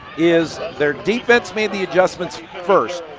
is their defense made the adjustments first,